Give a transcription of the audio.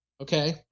okay